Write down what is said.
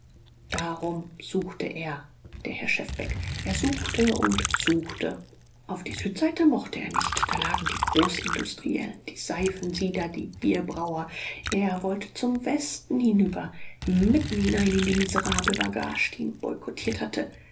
darum suchte er der herr schefbeck er suchte und suchte auf die südseite mochte er nicht da lagen die großindustriellen die seifensieder die bierbrauer er wollte zum westen hinüber mitten hinein in die miserable bagage die ihn boykottiert hatte